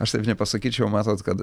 aš taip nepasakyčiau matot kad